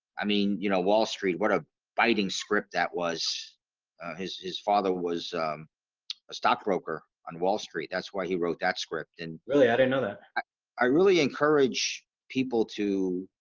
i mean, you know wall street what a biting script that was his his father was a stockbroker on wall street. that's why he wrote that script and really i didn't know that i really encourage people to